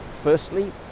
firstly